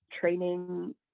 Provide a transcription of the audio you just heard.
training